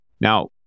Now